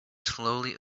slowly